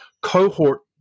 cohort